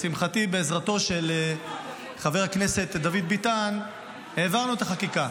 לשמחתי בעזרתו של חבר הכנסת דוד ביטן העברנו את החקיקה